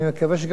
יש עוד מרכיבים,